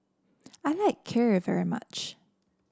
I like Kheer very much